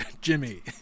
Jimmy